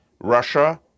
Russia